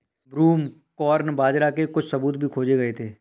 broomcorn बाजरा के कुछ सबूत भी खोजे गए थे